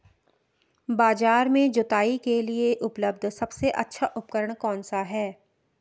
बाजार में जुताई के लिए उपलब्ध सबसे अच्छा उपकरण कौन सा है?